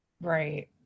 Right